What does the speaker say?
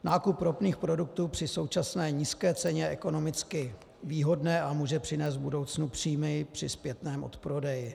Nákup ropných produktů je při současné nízké ceně ekonomicky výhodný a může přinést v budoucnu příjmy při zpětném odprodeji.